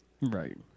right